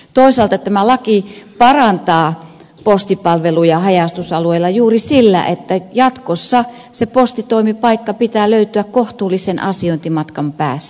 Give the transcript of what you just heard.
toisaalta tämä laki parantaa postipalveluja haja asutusalueilla juuri sillä että jatkossa se postitoimipaikka pitää löytyä kohtuullisen asiointimatkan päästä